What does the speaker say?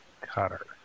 Cutter